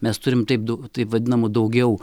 mes turim taip du taip vadinamų daugiau